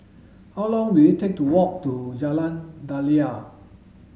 how long will it take to walk to Jalan Daliah